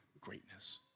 greatness